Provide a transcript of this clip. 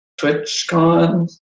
TwitchCon